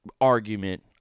argument